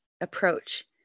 approach